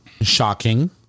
shocking